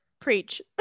Preach